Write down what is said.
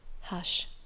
Hush